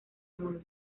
mundo